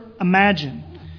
imagine